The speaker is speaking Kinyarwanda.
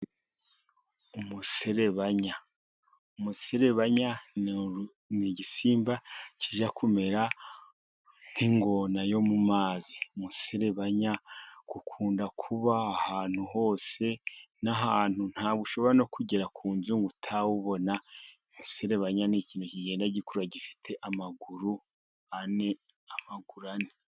Umuserebanya, umuserebanya ni igisimba kijya kumera nk'ingona yo mu mazi, umuserebanya ukunda kuba ahantu hose, n'ahantu, ntabwo ushobora no kugera ku nzu ngo utawubona. Umuserebanya ni ikintu kigenda gikura gifite amaguru ane, amaguru ane,